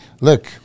Look